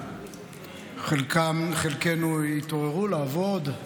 חלקם וחלקנו יתעוררו לעבוד,